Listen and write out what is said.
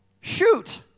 shoot